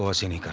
ah senior